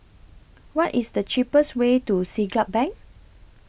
What IS The cheapest Way to Siglap Bank